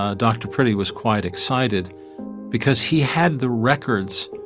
ah dr. priddy was quite excited because he had the records